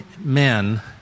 men